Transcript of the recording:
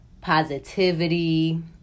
positivity